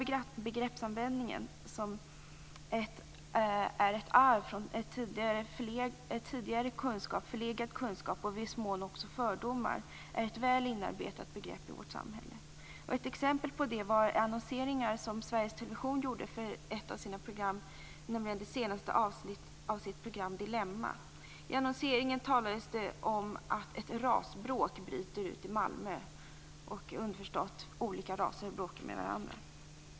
Begreppsanvändningen, som är ett arv från tidigare förlegad kunskap och fördomar, är väl inarbetat i vårt samhälle. Ett exempel på det är den annonsering som Sveriges television gjorde för det senaste avsnittet av Dilemma. I annonseringen talas det om att ett rasbråk bryter ut i Malmö, dvs. underförstått olika raser bråkar med varandra.